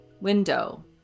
window